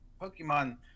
Pokemon